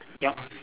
your